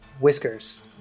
Whiskers